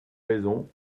raisons